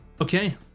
Okay